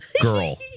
girl